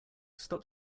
stop